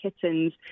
kittens